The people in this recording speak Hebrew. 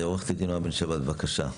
עורכת הדין נעה בן שבת, בבקשה.